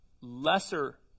lesser